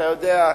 אתה יודע,